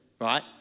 right